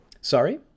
Sorry